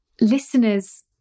listeners